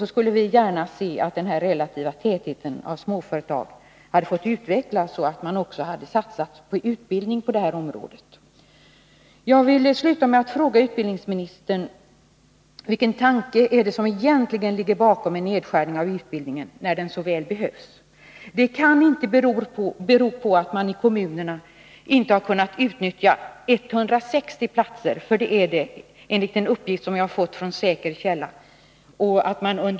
Vi skulle för vår del gärna se att denna utveckling mot relativt riklig förekomst av småföretag hade fått fortsätta och att man också hade satsat på utbildning på detta område. Jag vill sluta med att fråga utbildningsministern: Vilken tanke är det som egentligen ligger bakom en nedskärning av denna utbildning när utbildningen så väl behövs? Det kan väl inte bero på att kommunerna inte har kunnat utnyttja 160 av platserna.